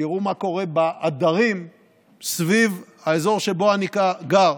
תראו מה קורה בעדרים סביב האזור שבו אני גר.